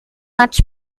much